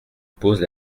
pose